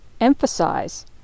emphasize